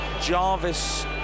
Jarvis